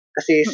Kasi